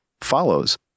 follows